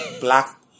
black